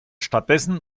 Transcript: stattdessen